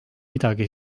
midagi